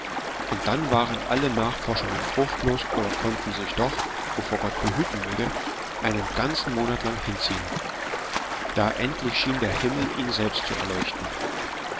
und dann waren alle nachforschungen fruchtlos oder konnten sich doch wovor gott behüten möge einen ganzen monat lang hinziehen da endlich schien der himmel ihn selbst zu erleuchten